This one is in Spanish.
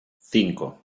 cinco